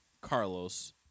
Carlos